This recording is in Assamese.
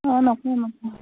অঁ নকওঁ নকওঁ